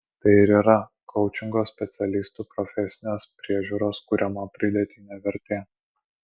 tai ir yra koučingo specialistų profesinės priežiūros kuriama pridėtinė vertė